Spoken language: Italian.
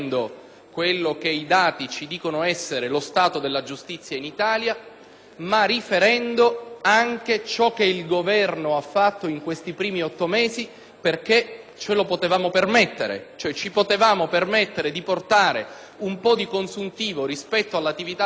ma anche ciò che il Governo ha fatto in questi primi otto mesi, perché ce lo potevamo permettere; cioè, ci potevamo permettere di portare un parziale consuntivo rispetto all'attività del Governo in quanto in questi otto mesi qualcosa - e riteniamo anche